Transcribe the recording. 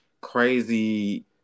crazy